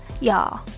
Y'all